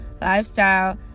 lifestyle